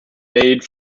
made